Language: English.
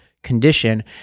Condition